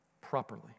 properly